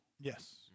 Yes